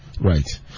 right